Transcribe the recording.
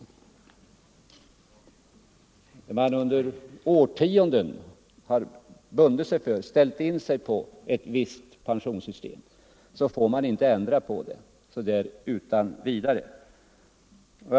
När man under = årtionden har ställt in sig på ett visst pensionssystem får man inte ändra — Allmän egenpenpå det så där utan vidare. sion m.m.